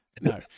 No